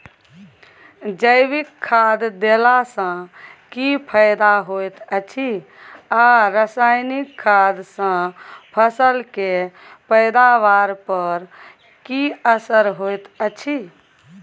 जैविक खाद देला सॅ की फायदा होयत अछि आ रसायनिक खाद सॅ फसल के पैदावार पर की असर होयत अछि?